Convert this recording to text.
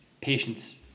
Patience